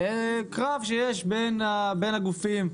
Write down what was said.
לקרב שיש בין הגופים,